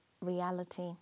reality